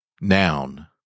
Noun